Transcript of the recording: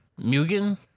Mugen